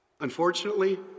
Unfortunately